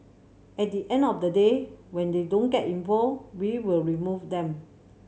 at the end of the day when they don't get involved we will remove them